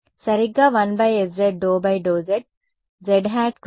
విద్యార్థులు 1 by s z